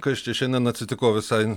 kas čia šiandien atsitiko visai